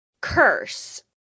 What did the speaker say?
curse